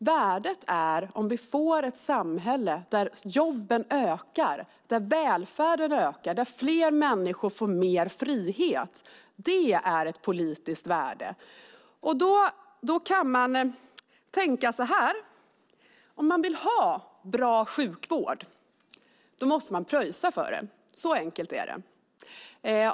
Värdet är om vi får ett samhälle där jobben ökar, där välfärden ökar och där fler människor får mer frihet. Det är ett politiskt värde. Man kan tänka så här: Om man vill ha bra sjukvård måste man pröjsa för det. Så enkelt är det.